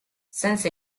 since